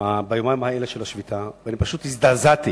ביומיים האלה של השביתה, ואני פשוט הזדעזעתי